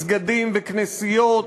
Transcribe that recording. מסגדים וכנסיות,